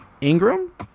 ingram